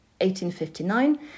1859